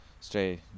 stay